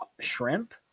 shrimp